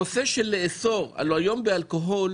היום באלכוהול